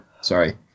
Sorry